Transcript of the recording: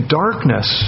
darkness